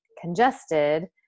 congested